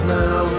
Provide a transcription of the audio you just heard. now